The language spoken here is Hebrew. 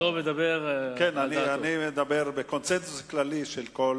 אבל אני מדבר בקונסנזוס כללי של כל